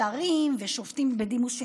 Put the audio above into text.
שרים ושופטים בדימוס,